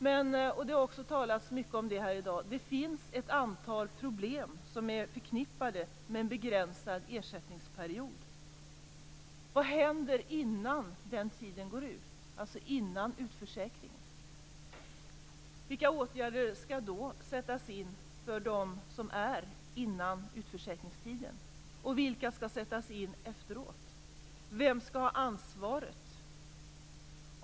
Men det finns också ett antal problem som är förknippade med en begränsad ersättningsperiod. Det har talats mycket om det i dag. Vad händer innan utförsäkringstiden går ut? Vilka åtgärder skall sättas in före utförsäkringstiden, och vilka skall sättas in efteråt? Vem skall ha ansvaret?